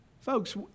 folks